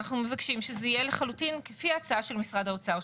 אנחנו מבקשים שזה יהיה לחלוטין כפי ההצעה של משרד האוצר.